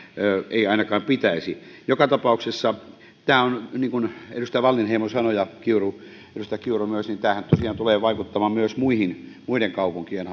ei ainakaan pitäisi joka tapauksessa niin kuin edustaja wallinheimo sanoi ja edustaja kiuru myös tämähän tosiaan tulee vaikuttamaan myös muiden kaupunkien